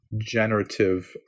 generative